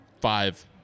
five